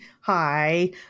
hi